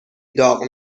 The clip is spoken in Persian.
داغ